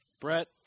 Brett